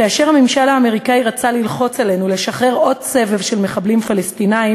כאשר הממשל האמריקני רצה ללחוץ עלינו לשחרר עוד סבב של מחבלים פלסטינים